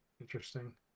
Interesting